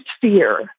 fear